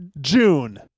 June